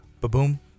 Ba-boom